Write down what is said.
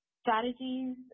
strategies